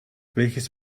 welches